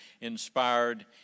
inspired